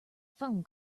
phone